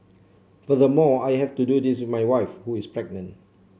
furthermore I have to do this with my wife who is pregnant